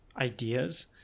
ideas